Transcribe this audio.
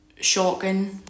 Shotgun